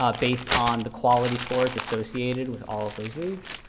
ah based on the quality scores associated with all of those reads.